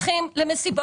שהופכים